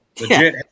Legit